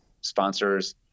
sponsors